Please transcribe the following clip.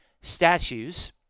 statues